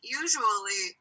usually